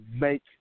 make